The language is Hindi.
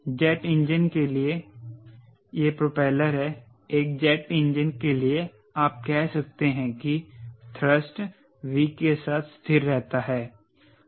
जेट इंजन के लिए यह प्रोपेलर है एक जेट इंजन के लिए आप कह सकते हैं कि थ्रस्ट V के साथ स्थिर रहता है